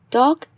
Dog